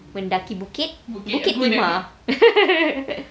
mendaki bukit